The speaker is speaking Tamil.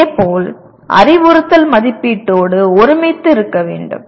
இதேபோல் அறிவுறுத்தல் மதிப்பீட்டோடு ஒருமித்து இருக்க வேண்டும்